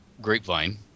grapevine